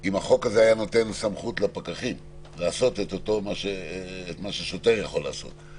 אם החוק הזה היה נותן סמכות לפקחים לעשות את אותו דבר ששוטר יכול לעשות.